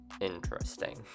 interesting